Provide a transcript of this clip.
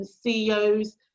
CEOs